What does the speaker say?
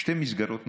שתי מסגרות נסגרו,